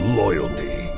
loyalty